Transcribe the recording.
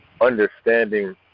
understanding